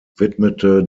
widmete